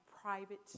private